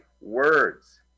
words